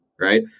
right